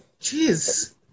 Jeez